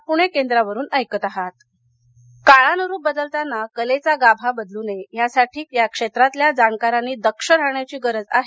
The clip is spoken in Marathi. पिफ काळानुरुप बदलताना कलेचा गाभा बदलू नये यासाठी या क्षेत्रातल्या जाणकारांनी दक्ष राहण्याची गरज आहे